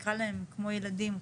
נקרא להן כמו ילדים,